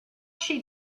she